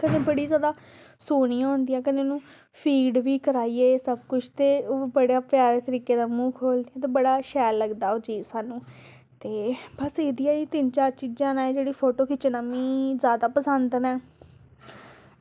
कन्नै बड़ी जादा सोह्नियां होंदियां कन्नै उन्नू फीड बी कराइये सब कुछ ते बड़ा प्यारे तरीके दा मूंह् खोलदियां ते बड़ा शैल लगदा ओह् चीज सानूं ते बस एह्दियां ई त्रै चार चीज़ां न एह् जेह्ड़े मिगी फोटो खिच्चना जादा पसंद न